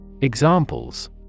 Examples